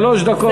שלוש דקות.